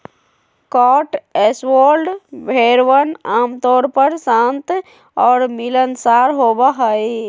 Cotswold भेड़वन आमतौर पर शांत और मिलनसार होबा हई